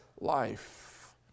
life